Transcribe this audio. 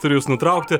turiu jus nutraukti